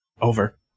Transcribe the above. Over